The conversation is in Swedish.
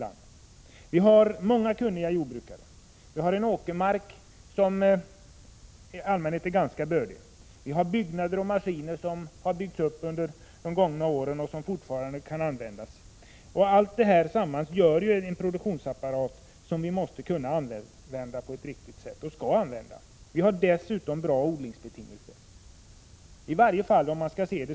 Det finns många kunniga jordbrukare. Åkermarken är ganska bördig. Det finns maskiner och byggnader som har uppförts under de gångna åren och som fortfarande kan användas. Allt detta tillsammans utgör en produktionsapparat som måste användas på ett riktigt sätt. Dessutom är odlingsbetingelserna goda.